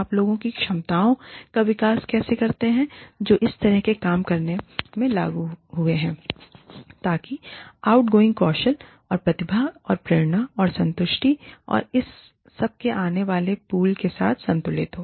आप लोगों की क्षमताओं का विकास कैसे करते हैं जो इस तरह से काम करने में लगे हुए हैं ताकि आउटगोइंग कौशल और प्रतिभा और प्रेरणा और संतुष्टि और उस सब के आने वाले पूल के साथ संतुलित हो